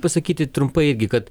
pasakyti trumpai irgi kad